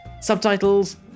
subtitles